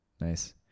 Nice